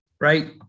Right